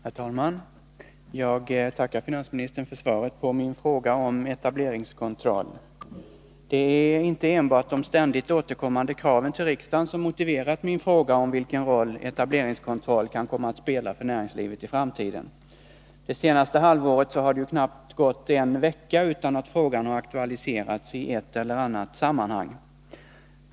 Herr talman! Jag tackar finansministern för svaret på min fråga om etableringskontroll. Det är inte enbart de ständigt återkommande kraven till riksdagen som motiverat min fråga om vilken roll etableringskontroll kan komma att spela för näringslivet i framtiden. Det senaste halvåret har det knappast gått en enda vecka utan att frågan har aktualiserats i ett eller annat sammanhang.